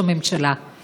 איילת שקד,